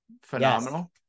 Phenomenal